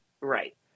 right